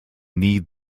need